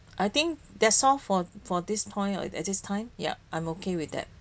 I think that's all for for this point at this time yeah I'm okay with that